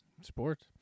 sports